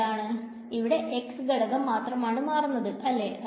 ഏതാണ് ഇവിടെ x ഘടകം മാത്രമാണ് മാറുന്നത് അല്ലേ